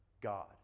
God